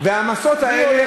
וההעמסות האלה,